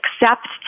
accept